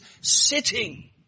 sitting